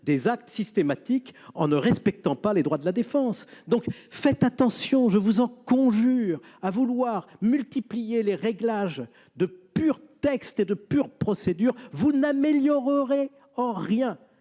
de manière systématique, sans respect des droits de la défense. Faites attention, je vous en conjure : à vouloir multiplier les réglages textuels de pure procédure, vous n'améliorerez en rien